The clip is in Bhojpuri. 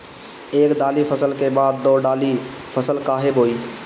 एक दाली फसल के बाद दो डाली फसल काहे बोई?